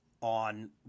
on